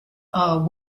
are